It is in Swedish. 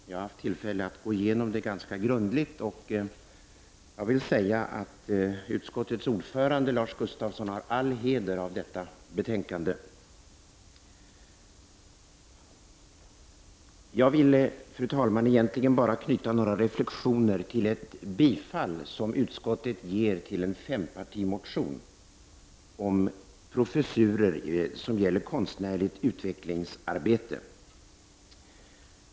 Jag har haft tillfälle att gå igenom det ganska grundligt, och jag vill säga att utskottets ordförande Lars Gustafsson har all heder av detta betänkande. Jag vill, fru talman, egentligen bara knyta några reflektioner till ett bifall som utskottet ger till en fempartimotion om professurer som gäller konstnärligt utvecklingsarbete.